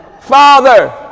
father